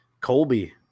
Colby